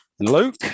luke